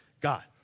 God